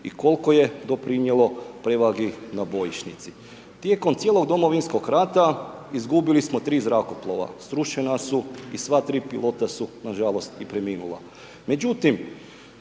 i koliko je doprinijelo prevali na bojišnici. Tijekom cijelog Domovinskog rata, izgubili smo 3 zrakoplova, srušena su i sva 3 pilot su nažalost i preminula.